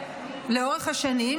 לאורך השנים,